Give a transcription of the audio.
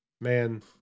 man